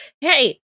Hey